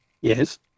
Yes